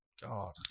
God